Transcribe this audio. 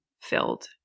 filled